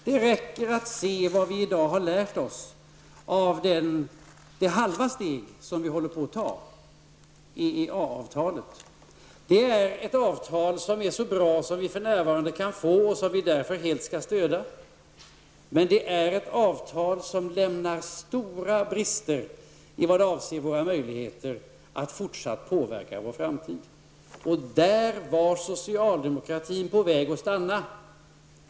Det räcker att se vad vi i dag har lärt oss av det halva steg vi håller på att ta, nämligen EEA-avtalet. Det är det bästa avtal vi för närvarande kan få, och vi skall därför helt stödja det. Men det är ett avtal som lämnar stora brister i vad avser våra möjligheter att i fortsättningen påverka vår framtid. Och där var socialdemokratin på väg att stanna.